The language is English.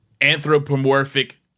anthropomorphic